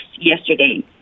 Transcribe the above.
yesterday